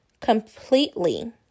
completely